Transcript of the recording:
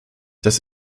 das